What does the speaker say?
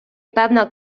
певна